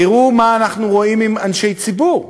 תראו מה אנחנו רואים עם אנשי ציבור.